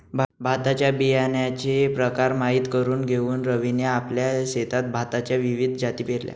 भाताच्या बियाण्याचे प्रकार माहित करून घेऊन रवीने आपल्या शेतात भाताच्या विविध जाती पेरल्या